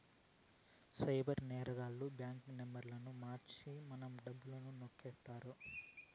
cyber నేరగాళ్లు bank నెంబర్లను ఏమర్చి మన డబ్బులు నొక్కేత్తారు